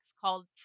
called